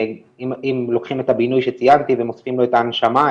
אם לוקחים את הבינוי שציינתי ומוסיפים לו את ההנשמה,